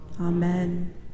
Amen